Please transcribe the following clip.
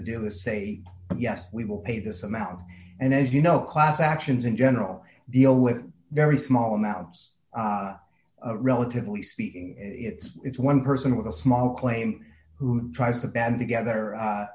to do is say yes we will pay this amount and as you know class actions in general the all with very small amounts relatively speaking it's one person with a small claim who tries to band together